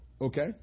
okay